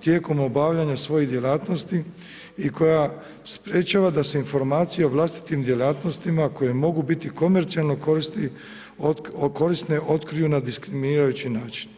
tijekom obavljanja svojih djelatnosti i koja sprečava da se informacije o vlastitim djelatnostima koje mogu biti komercijalne korisne otkriju na diskriminirajući način.